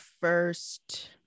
first